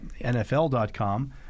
NFL.com